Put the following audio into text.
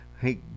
Hey